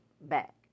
back